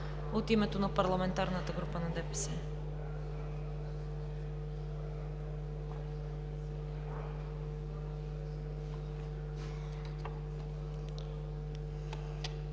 от името на парламентарна група на ДПС.